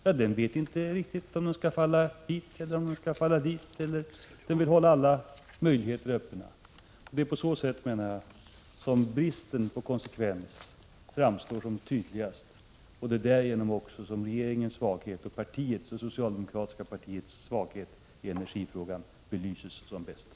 Ja, den vet inte riktigt om den skall falla hit eller dit. Den vill hålla alla möjligheter öppna. Det är på så sätt, menar jag, som bristen på konsekvens framstår som tydligast. Det belyser regeringens och det socialdemokratiska partiets oenighet och svaghet i energifrågan.